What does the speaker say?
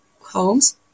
homes